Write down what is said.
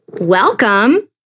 welcome